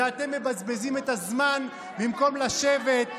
ואתם מבזבזים את הזמן במקום לשבת,